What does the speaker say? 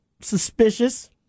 suspicious